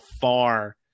far